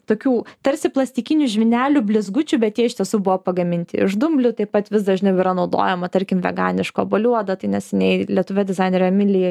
tokių tarsi plastikinių žvynelių blizgučių bet jie iš tiesų buvo pagaminti iš dumblių taip pat vis dažniau yra naudojama tarkim veganiška obuolių oda tai neseniai lietuvė dizainerė emilija